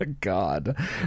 God